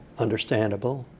understandable.